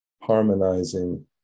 harmonizing